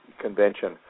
Convention